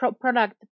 product